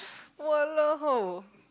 !walao!